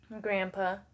grandpa